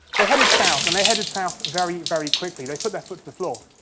they headed south, and they headed south very, very quickly, they put their foot to the floor.